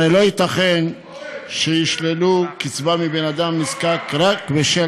הרי לא ייתכן שישללו קצבה מבן אדם נזקק רק בשל